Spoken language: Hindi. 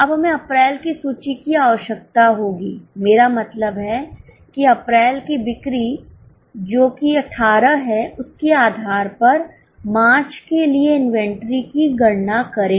अब हमें अप्रैल की सूची की आवश्यकता होगी मेरा मतलब है कि अप्रैल की बिक्री जो कि18 है उसके आधार पर मार्च के लिए इन्वेंट्री की गणना करें